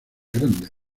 grandes